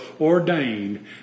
ordained